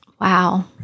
Wow